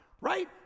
right